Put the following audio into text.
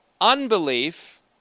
unbelief